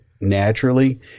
naturally